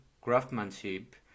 craftsmanship